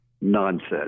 Nonsense